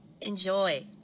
enjoy